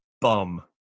Bum